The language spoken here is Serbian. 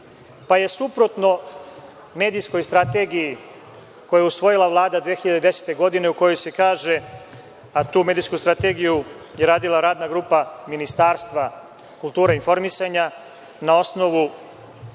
pa je suprotno medijskoj strategiji koju je usvojila Vlada 2010. godine, a tu medijsku strategiju je radila radna grupa Ministarstva kulture i informisanja na osnovu